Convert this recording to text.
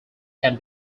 can